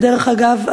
דרך אגב,